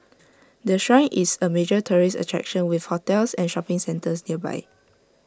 the Shrine is A major tourist attraction with hotels and shopping centres nearby